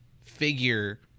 figure